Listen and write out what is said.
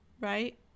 right